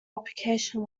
application